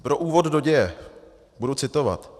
Pro úvod do děje budu citovat.